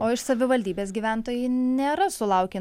o iš savivaldybės gyventojai nėra sulaukę